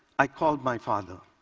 i called my father.